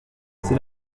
c’est